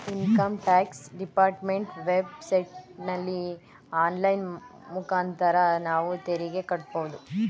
income tax department web ಸೈಟಲ್ಲಿ online ಮುಖಾಂತರ ನಾವು ತೆರಿಗೆ ಕಟ್ಟಬೋದು